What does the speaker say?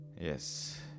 yes